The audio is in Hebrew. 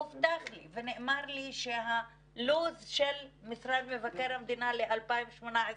הובטח לי ונאמר לי שלוח הזמנים של משרד מבקר המדינה לשנת 2018